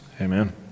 Amen